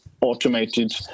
automated